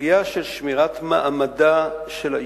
בסוגיה של שמירת מעמדה של האשה,